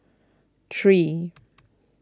three